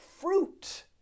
fruit